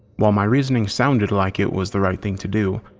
while my reasoning sounded like it was the right thing to do,